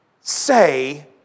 say